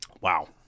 Wow